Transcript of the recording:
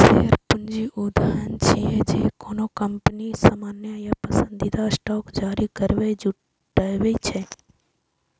share पूंजी ऊ धन छियै, जे कोनो कंपनी सामान्य या पसंदीदा स्टॉक जारी करैके जुटबै छै